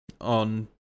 on